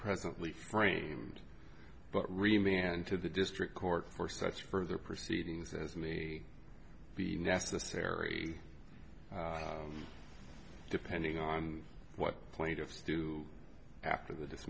presently frame but remain and to the district court for such further proceedings as me be necessary depending on what plaintiffs do after th